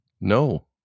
No